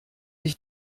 ich